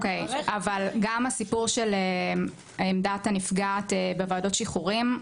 אבל גם הסיפור של עמדת הנפגעת בוועדות שחרורים.